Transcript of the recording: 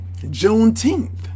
Juneteenth